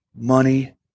money